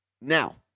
Now